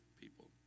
people